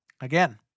Again